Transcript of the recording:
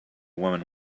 woman